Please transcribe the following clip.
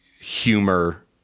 humor